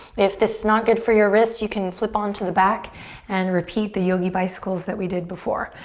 if this is not good for your wrist, you can flip onto the back and repeat the yogi bicycles that we did before.